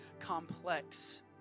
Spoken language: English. complex